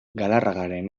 galarragaren